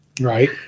Right